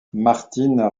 martine